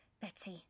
Betsy